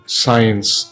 science